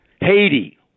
Haiti